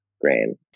grain